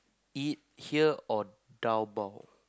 eat here or dabao